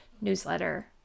newsletter